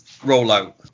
rollout